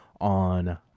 on